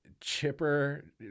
chipper